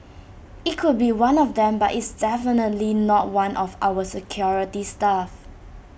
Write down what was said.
IT could be one of them but it's definitely not one of our security staff